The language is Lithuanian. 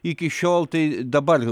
iki šiol tai dabar